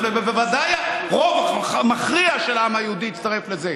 לזה ובוודאי הרוב המכריע של העם היהודי יצטרף לזה: